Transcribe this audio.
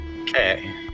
okay